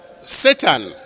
Satan